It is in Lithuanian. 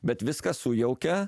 bet viską sujaukia